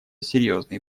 серьезные